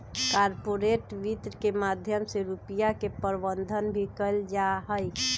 corporate वित्त के माध्यम से रुपिया के प्रबन्धन भी कइल जाहई